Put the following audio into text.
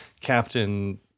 captain